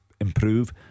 improve